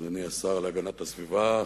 אדוני השר להגנת הסביבה,